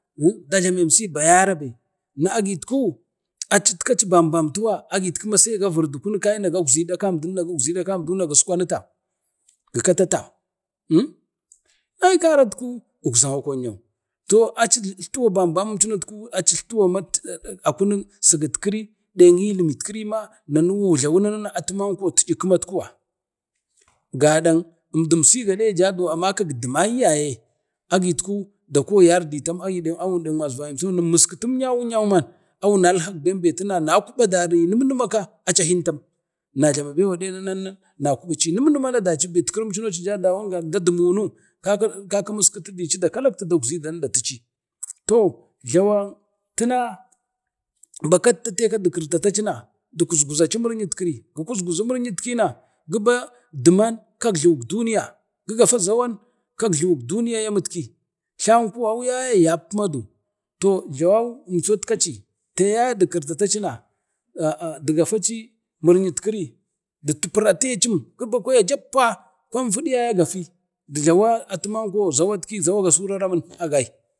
da jlami imsi bayarabe na agit ku acitku aci bam bam tuwa agi man sai gaviri dukunu kai gagzi dang kamdinna giskwanutam gi katau tam ai karatku ukza akonyau to aci etlatuwa bambamatku a kunek sigetkiri deng iliminkiri ma nanuwa wunjlawu nanu na atu manko tiyikkumat kuwa gadang emdunsiywu gade jadu amakak duman yaye agitku dako yarditam ayi daeng awun deng masvarunim suno wunu muskitimyawun man a wunal hak bembe wuna kuba dari lumlumaka ka aca hintam wuna jlama baygadi wuna kubaci lumlumana daci, bakirimcuno ja dari jlamuno ka kaka muskitici deci da kalakta dakzi dan da tici. To jlawan tina bakatta teka du kartatacina du kuskuzi ci muryit kiri gu kusguzu muryitkina giba diman kak jlawuk duniya giba zawan kak jlawuk duniya a mit. ki, tlam kuwau yaye ye pima, to jlawau imsat kaci taya di kirtatacina dugataci mir'yit kiri du puratecim biya jappa kwan, fudu kwan, fudu ya agati atimanko zawat ki, zawan gasuraramun agai.